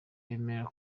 bemera